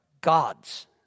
gods